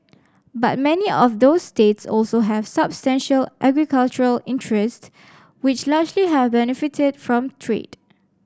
but many of those states also have substantial agricultural interest which largely have benefited from trade